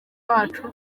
wacu